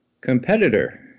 competitor